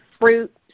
fruit